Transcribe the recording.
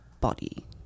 body